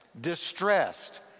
distressed